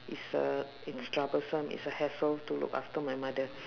is a it's troublesome it's a hassle to look after my mother